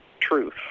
truth